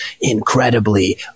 incredibly